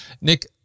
Nick